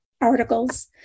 articles